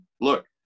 look